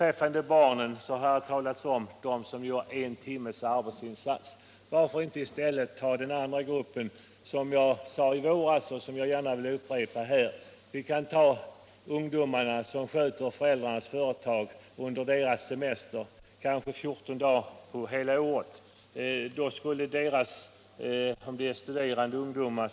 Vad gäller barnén har här talats om den grupp som gör bara en timmes arbetsinsats. Varför inte i stället ta den andra gruppen? Jag framhöll detta i våras och vill gärna upprepa det här. Vi kan ta studerande ungdomar som sköter föräldrarnas företag under deras semester, kanske under 14 dagar — de enda de är verkligt fria under hela året.